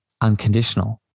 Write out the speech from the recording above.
unconditional